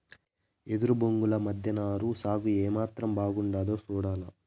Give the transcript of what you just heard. ఎదురు బొంగుల మద్దెన నారు సాగు ఏమాత్రం బాగుండాదో సూడాల